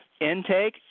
Intake